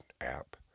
app